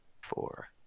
four